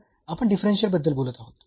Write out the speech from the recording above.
तर आपण डिफरन्शियल बद्दल बोलत आहोत